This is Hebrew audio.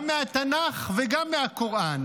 גם מהתנ"ך וגם מהקוראן,